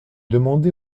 demandé